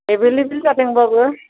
available जादोंब्लाबो